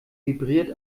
vibriert